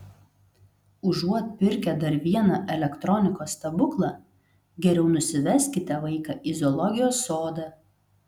užuot pirkę dar vieną elektronikos stebuklą geriau nusiveskite vaiką į zoologijos sodą